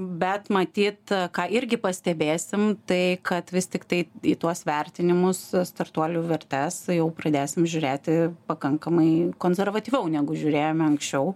bet matyt ką irgi pastebėsim tai kad vis tiktai tuos vertinimus startuolių vertes jau pradėsim žiūrėti pakankamai konservatyviau negu žiūrėjome anksčiau